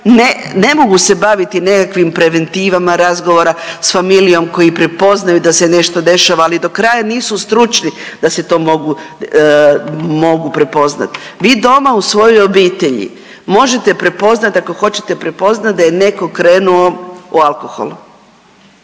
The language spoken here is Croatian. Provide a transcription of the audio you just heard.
ne mogu se baviti nekakvim preventivama razgovora s familijom koji prepoznaju da se nešto dešava ali dokraja nisu stručni da se to mogu, mogu prepoznati. Vi doma u svojoj obitelji možete prepoznati ako hoćete prepoznati da je netko krenuo u alkohol.